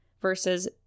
versus